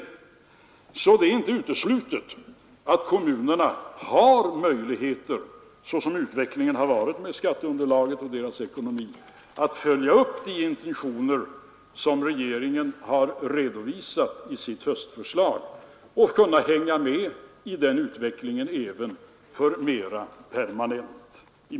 Det är därför inte uteslutet att kommunerna, såsom utvecklingen av skatteunderlaget och deras ekonomi varit, har möjligheter att följa upp de intentioner som regeringen redovisat i sitt höstförslag och kan hänga med i den utvecklingen mera permanent.